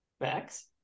Max